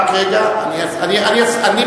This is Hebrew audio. יש לי שאלה קצרה.